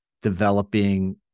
developing